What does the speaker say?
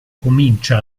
comincia